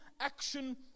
action